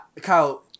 Kyle